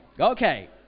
okay